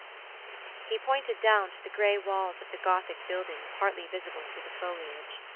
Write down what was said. he pointed down to the grey walls of the gothic building partly visible through the foliage,